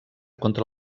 contra